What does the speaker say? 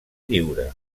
lliure